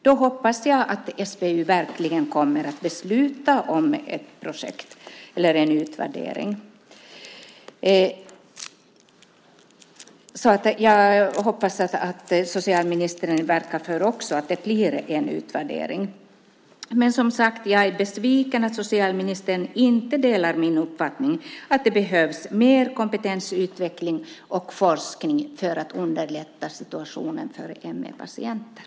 Då hoppas jag att SBU verkligen kommer att besluta om ett projekt eller en utvärdering. Jag hoppas att socialministern också vill verka för att det blir en utvärdering. Som sagt är jag besviken över att socialministern inte delar min uppfattning att det behövs mer kompetensutveckling och forskning för att underlätta situationen för ME-patienter.